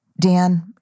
Dan